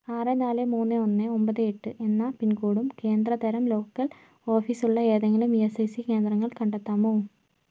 ആറ് നാല് മൂന്ന് ഒന്ന് ഒമ്പത് എട്ട് എന്ന പിൻകോഡും കേന്ദ്ര തരം ലോക്കൽ ഓഫീസ് ഉള്ള ഏതെങ്കിലും ഇ എസ് ഐ സി കേന്ദ്രങ്ങൾ കണ്ടെത്താമോ